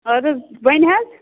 اَدٕ حظ بَنہِ حظ